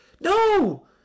No